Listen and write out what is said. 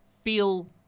feel